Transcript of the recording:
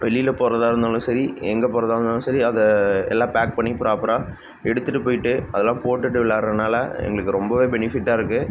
வெளியில் போகிறதா இருந்தாலும் சரி எங்கே போகிறதா இருந்தாலும் சரி அதெல்லாம் பேக் பண்ணி ப்ராப்பராக எடுத்துகிட்டு போய்விட்டு அதெல்லாம் போட்டுகிட்டு விளாட்றனால எங்களுக்கு ரொம்பவே பெனிஃபிட்டாக இருக்குது